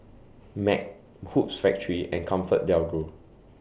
MAG Hoops Factory and ComfortDelGro